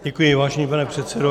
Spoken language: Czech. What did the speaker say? Děkuji, vážený pane předsedo.